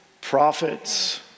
prophets